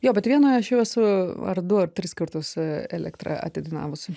jo bet vienoj aš jau esu ar du ar tris kartus elektrą atidainavus